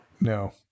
No